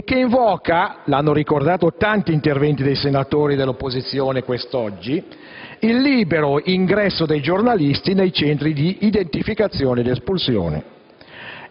che invoca - l'hanno ricordato tanti interventi dei senatori dell'opposizione quest'oggi - il libero ingresso dei giornalisti nei centri di identificazione ed espulsione,